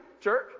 church